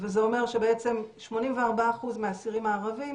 וזה אומר ש-84% מהאסירים הערבים